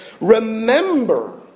Remember